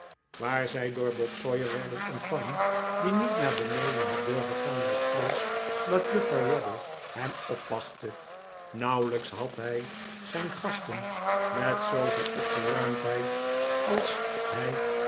waar zij door bob sawyer werden ontvangen die niet naar beneden had durven gaan uit vrees dat juffrouw raddle hem opwachtte nauwelijks had hij zijn gasten met zooveel opgeruimdheid als hij